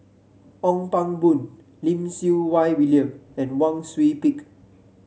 Ong Pang Boon Lim Siew Wai William and Wang Sui Pick